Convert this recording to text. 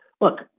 Look